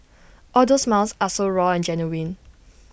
all those smiles are so raw and genuine